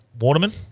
Waterman